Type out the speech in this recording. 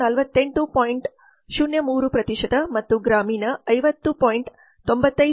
03 ಮತ್ತು ಗ್ರಾಮೀಣ 50